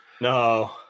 No